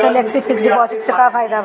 Flexi fix deposit से का फायदा भा?